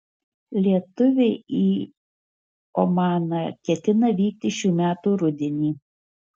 lietuviai į omaną ketina vykti šių metų rudenį